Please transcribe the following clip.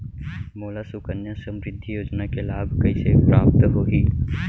मोला सुकन्या समृद्धि योजना के लाभ कइसे प्राप्त होही?